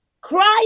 crying